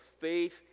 faith